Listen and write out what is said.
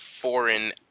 foreign